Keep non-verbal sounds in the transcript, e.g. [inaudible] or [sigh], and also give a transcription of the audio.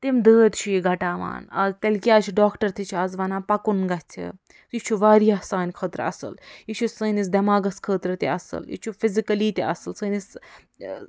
تِم دٲدۍ چھُ یہِ گھٹاوان [unintelligible] تیٚلہِ کیٚازِ چھُ ڈاکٹر تہِ چھِ آز ونان پکُن گژھہِ یہ چھُ واریاہ سانہِ خٲطرٕ اصٕل یہِ چھُ سٲنِس دیٚماغس خٲطرٕ تہِ اصٕل یہِ چھُ فِزِکلی تہِ اصٕل سٲنِس ٲں